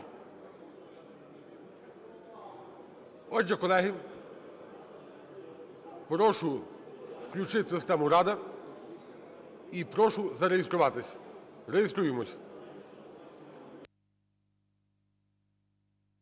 Отже, колеги, прошу включити систему "Рада" і прошу зареєструватись. Реєструємось.